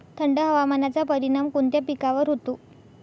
थंड हवामानाचा परिणाम कोणत्या पिकावर होतो?